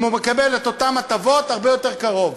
הוא מקבל את אותן הטבות הרבה יותר קרוב.